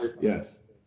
Yes